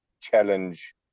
challenge